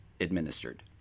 administered